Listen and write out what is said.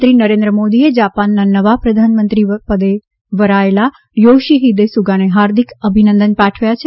પ્રધાનમંત્રી નરેન્દ્ર મોદીએ જાપાનના નવા પ્રધાનમંત્રી પદે વરાયેલા યોશિહિદે સુગાને હાર્દિક અભિનંદન પાઠવ્યા છે